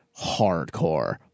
hardcore